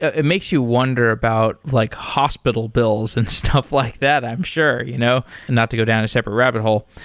it makes you wonder about like hospital bills and stuff like that, i'm sure. you know not to go down a separate rabbit hole.